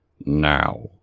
now